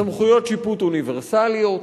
סמכויות שיפוט אוניברסליות.